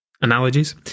Analogies